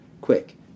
quick